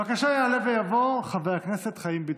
בבקשה, יעלה ויבוא חבר הכנסת חיים ביטון.